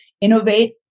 innovate